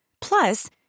Plus